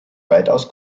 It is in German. weitaus